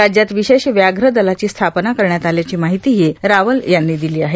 राज्यात विशेष व्याघ्र दलाची स्थापना करण्यात आल्याची माहितीही रावल यांनी दिली आहे